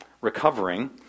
recovering